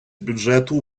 бюджету